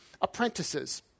apprentices